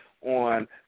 on